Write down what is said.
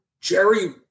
jerry